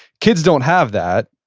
kids don't have that,